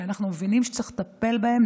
שאנחנו מבינים שצריך לטפל בהם,